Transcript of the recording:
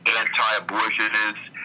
anti-abortionists